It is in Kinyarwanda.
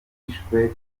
bishwe